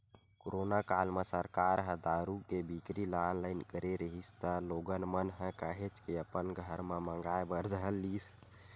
corona काल म सरकार ह दारू के बिक्री ल ऑनलाइन करे रिहिस त लोगन मन ह काहेच के अपन घर म मंगाय बर धर लिस